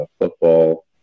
football